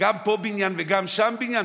פה בניין וגם שם בניין?